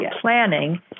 planning